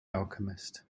alchemist